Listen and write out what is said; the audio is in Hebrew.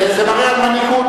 זה מראה על מנהיגות.